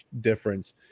difference